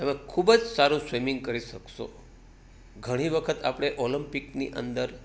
તમે ખૂબ જ સારું સ્વિમિંગ કરી શકશો ઘણી વખત આપણે ઓલિમ્પિકની અંદર